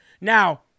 Now